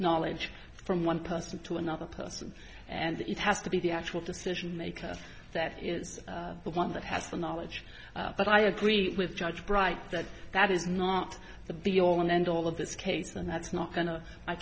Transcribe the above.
knowledge from one person to another person and it has to be the actual decision maker that is the one that has the knowledge but i agree with judge bright that that is not the be all and end all of this case and that's not go